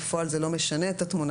בפועל זה לא משנה את התמונה,